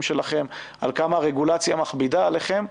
שלכם על כמה הרגולציה מכבידה עליהם שעכשיו,